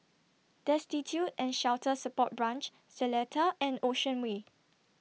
Destitute and Shelter Support Branch Seletar and Ocean Way